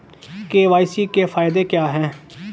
KYC के फायदे क्या है?